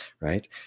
right